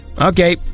Okay